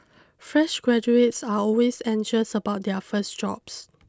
fresh graduates are always anxious about their first jobs